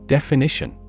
Definition